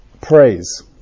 Praise